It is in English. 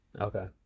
Okay